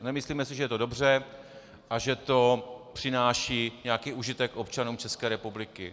Nemyslíme si, že je to dobře a že to přináší nějaký užitek občanům České republiky.